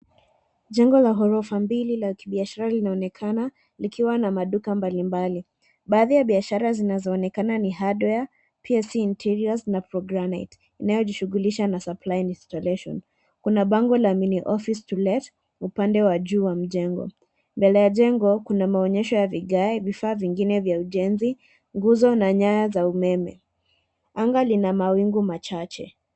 Jengo la ghorofa mbili la kibiashara linaonekana likiwa na maduka mbalimbali. Baadhi ya biashara zinazoonekana ni hardware , psc interiors na programmers inayojishughulisha na supply insstallation . Kuna bango la mini office to let upande wa juu wa mjengo. Mbele ya jengo kuna maonyesho ya vigae, vifaa vingine vya ujenzi, nguzo na nyaya za umeme. Anga lina mawingu machache.